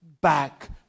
back